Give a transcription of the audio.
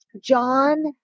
John